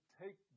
take